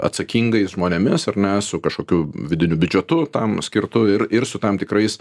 atsakingais žmonėmis ar ne su kažkokiu vidiniu biudžetu tam skirtu ir ir su tam tikrais